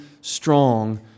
strong